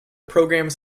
programmes